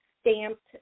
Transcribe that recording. stamped